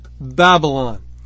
Babylon